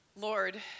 Lord